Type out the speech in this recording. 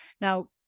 Now